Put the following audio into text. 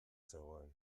zegoen